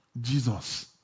jesus